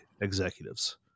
executives